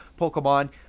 Pokemon